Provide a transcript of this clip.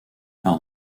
par